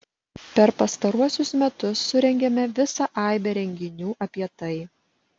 per pastaruosius metus surengėme visą aibę renginių apie tai